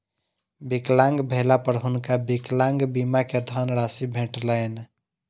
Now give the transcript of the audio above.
विकलांग भेला पर हुनका विकलांग बीमा के धनराशि भेटलैन